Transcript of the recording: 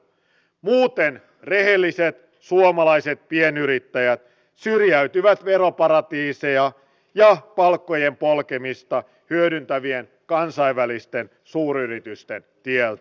muuten rehelliset suomalaiset pienyrittäjät syrjäytyvät veroparatiiseja ja palkkojen polkemista hyödyntävien kansainvälisten suuryritysten tieltä